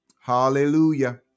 Hallelujah